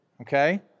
okay